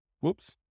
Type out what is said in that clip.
Whoops